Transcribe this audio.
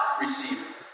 receive